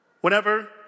Whenever